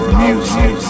music